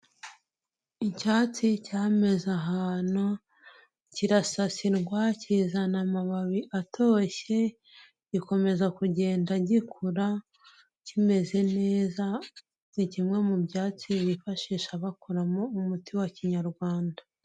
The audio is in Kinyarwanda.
Icyatsi cyameze ahantu kirasasirwa, kizana amababi atoshye, gikomeza kugenda gikura kimeze neza ni kimwe mu byatsi bifashisha bakoramo umuti wa kinyarwanda.